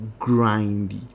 grindy